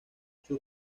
sus